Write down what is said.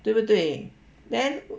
对不对 then